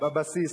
בבסיס,